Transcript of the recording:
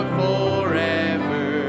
forever